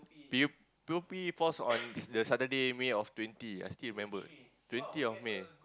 P_O~ P_O_P falls on the Saturday May of twenty I still remember twenty of May